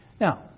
Now